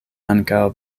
ankaŭ